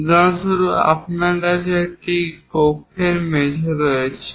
উদাহরণস্বরূপ আপনার একটি কক্ষের মেঝে রয়েছে